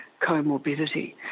comorbidity